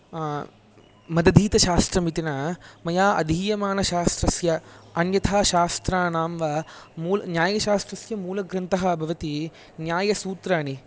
मदधीतशास्त्रम् इति ना मया अधीयमानशास्रस्य अन्यथा शास्त्राणां वा मू न्यायशास्त्रस्य मूलग्रन्थः भवति न्यायसूत्राणि